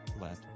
Let